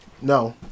no